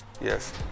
yes